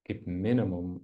kaip minimum